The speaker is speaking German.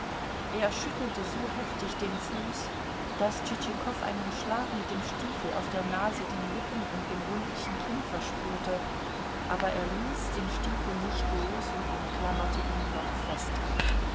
er schüttelte so heftig den fuß daß tschitschikow einen schlag mit dem stiefel auf der nase den lippen und dem rundlichen kinn verspürte aber er ließ den stiefel nicht los und umklammerte ihn noch fester